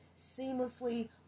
seamlessly